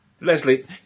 Leslie